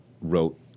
wrote